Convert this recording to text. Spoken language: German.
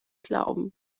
glauben